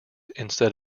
instead